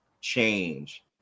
change